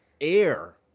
air